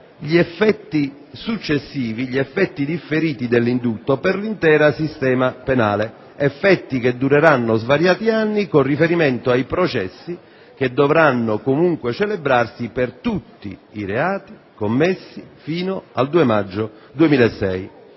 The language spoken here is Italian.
gli effetti successivi, gli effetti differiti, dell'indulto per l'intero sistema penale, effetti che dureranno svariati anni con riferimento ai processi che dovranno comunque celebrarsi per tutti i reati commessi fino al 2 maggio 2006.